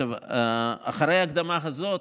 אחרי ההקדמה הזאת,